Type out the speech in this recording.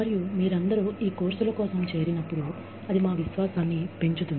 మరియు మీరు అందరూ ఈ కోర్సుల కోసం చేరినప్పుడు అది మా విశ్వాసాన్ని పెంచుతుంది